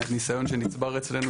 מהניסיון שנצבר אצלנו,